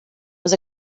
was